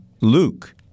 Luke